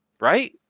right